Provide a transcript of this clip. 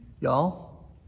Y'all